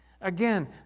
Again